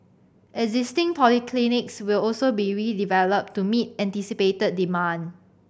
existing polyclinics will also be redeveloped to meet anticipated demand